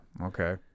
okay